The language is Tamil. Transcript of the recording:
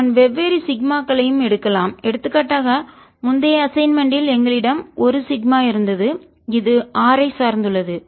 நான் வெவ்வேறு சிக்மாக்களையும் எடுக்கலாம் எடுத்துக்காட்டாக முந்தைய அசைன்மென்ட் ல் எங்களிடம் ஒரு சிக்மா இருந்தது இது r ஐ சார்ந்துள்ளது